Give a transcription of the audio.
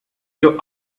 your